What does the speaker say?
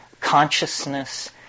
consciousness